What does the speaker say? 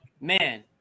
man